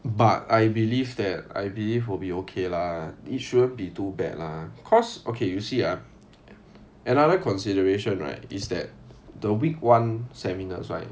but I believe that I believe we'll be okay lah it shouldn't be too bad lah cause okay you see ah another consideration right is that the week one seminars right